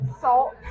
salt